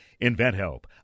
InventHelp